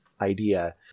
idea